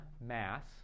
mass